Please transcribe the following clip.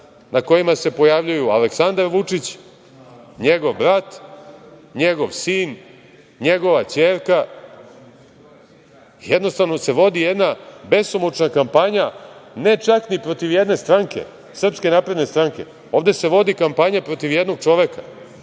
na kojima se pojavljuju Aleksandar Vučić, njegov brat, njegov sin, njegova ćerka. Jednostavno se vodi jedna besomučna kampanja ne čak ni protiv jedne stranke, SNS, ovde se vodi kampanja protiv jednog čoveka,